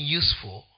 useful